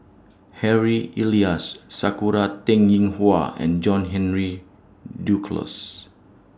Harry Elias Sakura Teng Ying Hua and John Henry Duclos